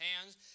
hands